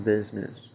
Business